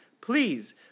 please